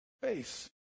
face